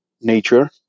nature